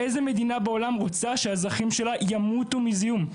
איזה מדינה בעולם רוצה שהאזרחים שלה ימותו מזיהום?